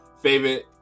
favorite